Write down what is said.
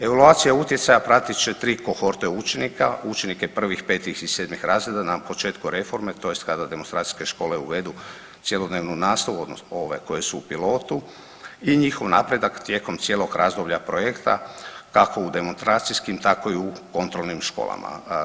Evaluacija utjecaja pratit će tri kohorte učenika, učenike 1., 5. i 7. razreda na početku reforme tj. kad demonstracijske škole uvedu cjelodnevnu nastavu odnosno ove koje su u pilotu i njihov napredak tijekom cijelog razdoblja projekta kako u demonstracijskim tako i u kontrolnim školama.